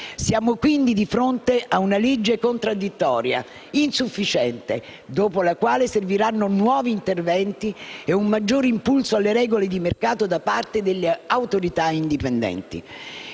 Siamo quindi di fronte a una legge contraddittoria, insufficiente, dopo la quale serviranno nuovi interventi e un maggiore impulso alle regole di mercato da parte delle Autorità indipendenti.